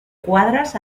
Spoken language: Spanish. cuadras